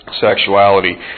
sexuality